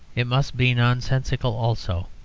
it must be nonsensical also.